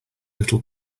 little